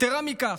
יתרה מכך,